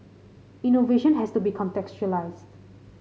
innovation has to be contextualised